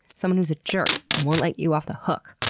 someone who's a jerk, and won't let you off the hook.